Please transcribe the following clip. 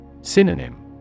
Synonym